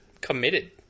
Committed